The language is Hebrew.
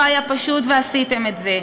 לא היה פשוט ועשיתם את זה.